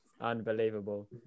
unbelievable